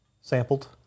sampled